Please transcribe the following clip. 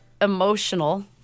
emotional